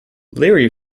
leary